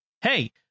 Hey